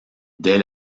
dès